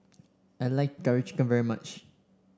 I like Curry Chicken very much